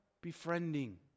befriending